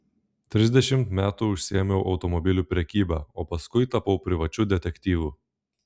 trisdešimt metų užsiėmiau automobilių prekyba o paskui tapau privačiu detektyvu